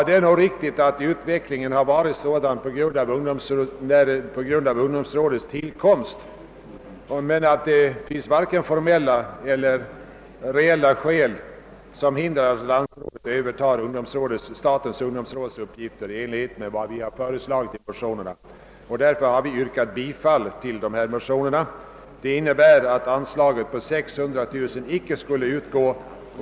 Detta är riktigt, men den utvecklingen av landsrådets verksamhet är en följd av ungdomsrådets tillkomst, och det finns varken formella eller reella skäl som hindrar att landsrådet övertar statens ungdomsråds uppgifter i enlighet med vad som föreslagits i motionerna. Vi har därför yrkat bifall till motionerna, innebärande att anslaget på 600 000 kronor icke skall utgå.